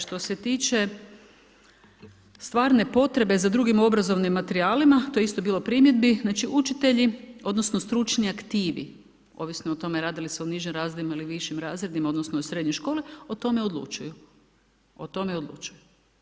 Što se tiče, što se tiče stvarne potrebe za drugim obrazovnim materijalima, to je isto bilo primjedbi, znači učitelji, odnosno stručnjak ... ovisno o tome radi li se o nižim razredima ili višim razredima odnosno o srednjoj školi o tome odlučuju, o tome odlučuju.